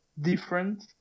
different